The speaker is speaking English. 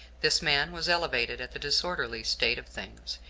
this man was elevated at the disorderly state of things,